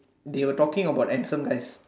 they were talking about handsome guys